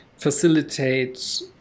facilitate